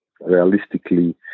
realistically